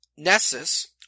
Nessus